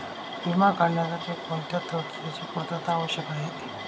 विमा काढण्यासाठी कोणत्या तरतूदींची पूर्णता आवश्यक आहे?